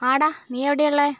ആടാ നീയെവിടെയാ ഉള്ളത്